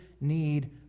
need